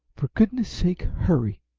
for goodness sake, hurry!